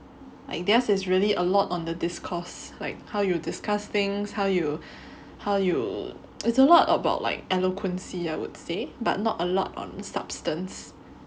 theirs is really a lot on the discourse like how you discuss things how you how you it's a lot about like eloquency I would say but not a lot on substance